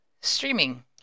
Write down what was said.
streaming